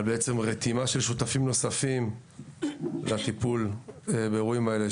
על הרתימה של שותפים נוספים לטיפול באירועים האלה,